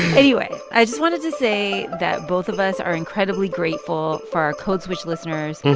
anyway, i just wanted to say that both of us are incredibly grateful for our code switch listeners.